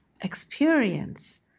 experience